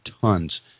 tons